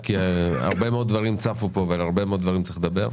כי הרבה מאוד דברים צפו פה ועל הרבה מאוד דברים צריך לדבר.